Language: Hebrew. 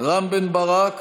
רם בן ברק,